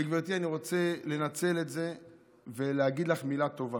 וגברתי, אני רוצה לנצל את זה ולהגיד לך מילה טובה,